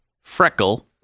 freckle